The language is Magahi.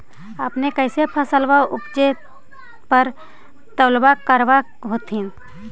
अपने कैसे फसलबा उपजे पर तौलबा करबा होत्थिन?